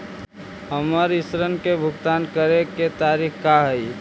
हमर ऋण के भुगतान करे के तारीख का हई?